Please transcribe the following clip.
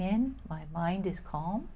in my mind is cal